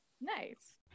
Nice